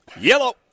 Yellow